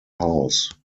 house